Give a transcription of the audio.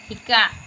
শিকা